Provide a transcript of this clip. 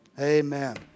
Amen